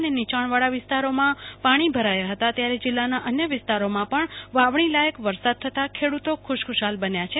અને નીચાણવાળા વિસ્તારોમાં પાણી ભરાયા હતા ત્યારે જિલ્લાના અન્ય વિસ્તારોમાં પણ વાવણી લાયક વરસાદ થતાં ખેડૂતો ખુશખુશાલ બન્યા છે